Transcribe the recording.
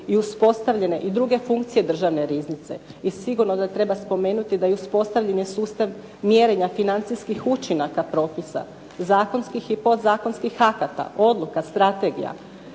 i uspostavljene i druge funkcije državne riznice i sigurno da treba spomenuti da uspostavljen je sustav mjerenja financijskih učinaka propisa, zakonskih i podzakonskih akata, odluka, strategija